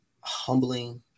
humbling